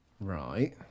Right